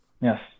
Yes